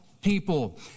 people